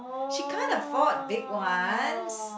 she can't afford big ones